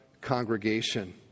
congregation